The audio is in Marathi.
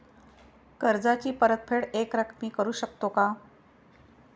कर्जाची परतफेड एकरकमी करू शकतो का?